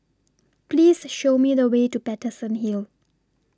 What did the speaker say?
Please Show Me The Way to Paterson Hill